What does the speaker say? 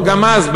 גם אז,